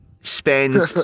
Spend